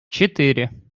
четыре